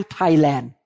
Thailand